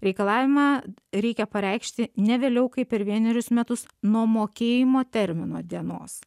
reikalavimą reikia pareikšti ne vėliau kaip per vienerius metus nuo mokėjimo termino dienos